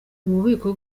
ububiko